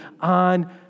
on